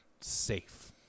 safe